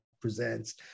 Presents